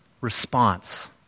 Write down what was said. response